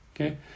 okay